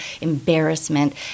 embarrassment